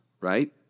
right